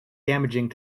damaging